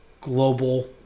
global